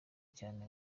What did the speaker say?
cyane